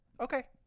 okay